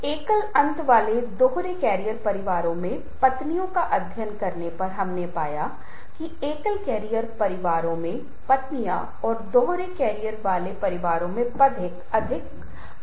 मैं आपको केवल दो उदाहरण दूंगा आपको लोगों का एक समूह मिलता है जो धार्मिक दिमाग वाले हैं और आप इन दोनों को उत्तेजनाओं के रूप में प्रस्तुत करते हैं